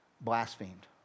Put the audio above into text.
blasphemed